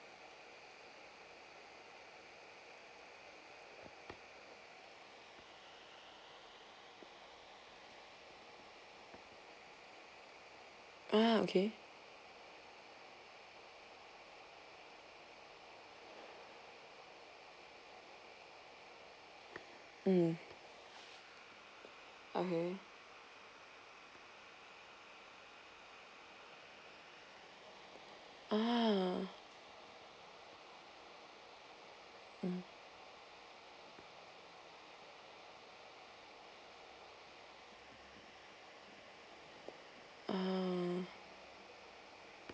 ah okay mm okay ah mm ah